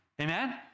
Amen